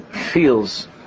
feels